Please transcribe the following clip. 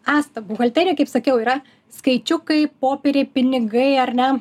asta buhalterija kaip sakiau yra skaičiukai popieriai pinigai ar ne